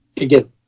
Again